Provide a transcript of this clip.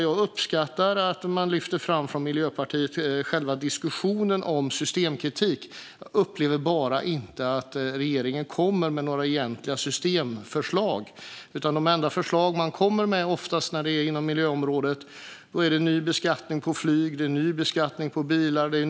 Jag uppskattar att Miljöpartiet lyfter fram diskussionen om systemkritik. Dock upplever jag att regeringen inte kommer med några egentliga systemförslag. De enda förslag man kommer med på miljöområdet är ny beskattning på flyg och bil.